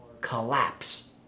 collapse